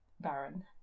Baron